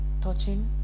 Touching